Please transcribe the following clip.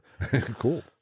Cool